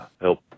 help